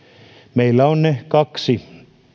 meillä on ne kaksi